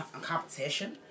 competition